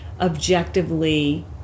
objectively